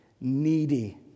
needy